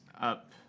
up